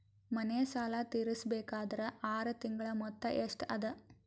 ಮನೆ ಸಾಲ ತೀರಸಬೇಕಾದರ್ ಆರ ತಿಂಗಳ ಮೊತ್ತ ಎಷ್ಟ ಅದ?